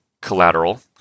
collateral